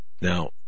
now